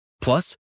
Plus